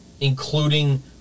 including